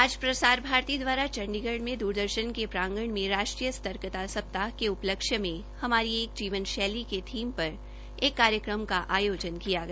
आज प्रसार भारती द्वारा चंडीगढ़ में द्रदर्शन के प्रांगण में राष्ट्रीय सर्तकता सप्ताह के उपलक्ष्य में हमारी एक जीवन शैली के थीम पर एक कार्यक्रम का आयोजन किया गया